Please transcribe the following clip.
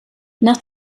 nach